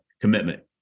commitment